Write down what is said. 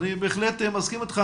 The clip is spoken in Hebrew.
אני בהחלט מסכים איתך,